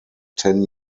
ten